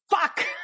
fuck